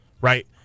Right